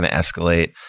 ah escalate?